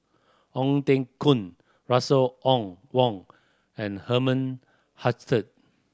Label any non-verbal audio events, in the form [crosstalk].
Ong Teng Koon Russel [unintelligible] Wong and Herman Hochstadt